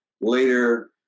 Later